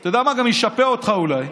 ואתה יודע מה, גם ישפה אותך אולי,